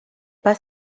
pas